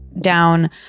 down